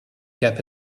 cup